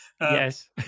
yes